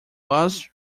was